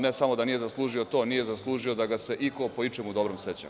Ne samo da nije zaslužio to, nije zaslužio da ga se iko po ičemu dobrom seća.